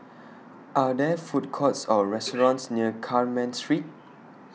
Are There Food Courts Or restaurants near Carmen Street